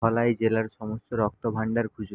ধলাই জেলার সমস্ত রক্তভাণ্ডার খুঁজুন